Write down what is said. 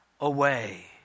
away